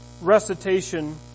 recitation